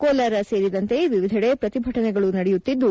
ಕೋಲಾರ ಸೇರಿದಂತೆ ವಿವಿಧಡೆ ಪ್ರತಿಭಟನೆಗಳು ನಡೆಯುತ್ತಿದ್ದು